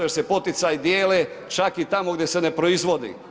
Jer se poticaji dijele čak i tamo gdje se ne proizvodi.